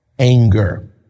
Anger